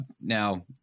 Now